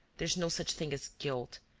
there is no such thing as guilt,